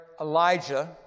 Elijah